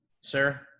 sir